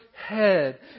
Head